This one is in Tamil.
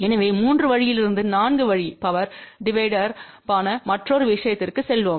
எனவே 3 வழியிலிருந்து 4 வழி பவர் டிவைடர்பான மற்றொரு விஷயத்திற்கு செல்வோம்